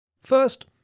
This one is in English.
First